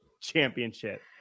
championship